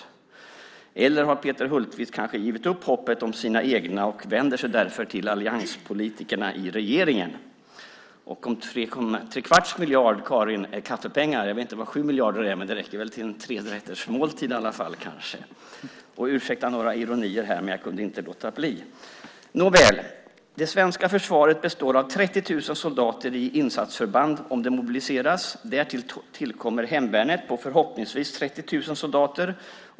Eller har Peter Hultqvist kanske givit upp hoppet om sina egna och därför i stället vänder sig till allianspolitikerna i regeringen? Om tre kvarts miljarder är kaffepengar, Karin, vet jag inte vad 7 miljarder i så fall är, men de räcker väl till en trerätters måltid i alla fall. Ursäkta ironierna här, men jag kunde inte låta bli. Nåväl, det svenska försvaret består av 30 000 soldater i insatsförband om det mobiliseras. Därtill kommer hemvärnet på förhoppningsvis 30 000 soldater.